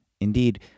Indeed